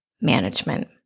management